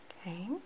Okay